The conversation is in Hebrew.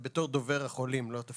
בתור דובר החולים, למרות שזה לא תפקידי.